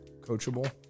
coachable